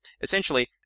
essentially